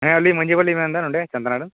ᱦᱮᱸ ᱟᱹᱞᱤᱧ ᱢᱟ ᱡᱷᱤ ᱵᱟᱵᱟᱞᱤᱧ ᱢᱮᱱᱫᱟ ᱱᱚᱸᱰᱮ ᱪᱟᱸᱫᱲᱟ ᱨᱮᱱ